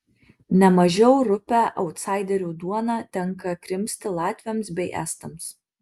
ne mažiau rupią autsaiderių duoną tenka krimsti latviams bei estams